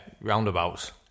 roundabouts